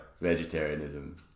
vegetarianism